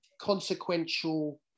consequential